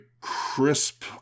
crisp